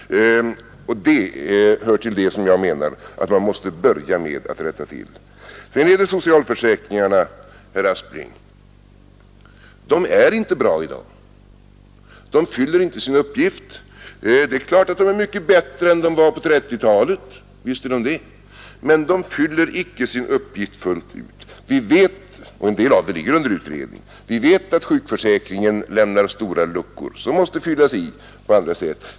Detta hör till det som jag menar att man måste börja med att rätta till. Socialförsäkringarna, herr Aspling, är inte bra i dag. De fyller inte sin uppgift. Det är klart att de är mycket bättre än de var på 1930-talet, men de fyller inte sin uppgift fullt ut. Vi vet — en del av försäkringarna är under utredning — att sjukförsäkringen lämnar stora luckor, som måste fyllas igen.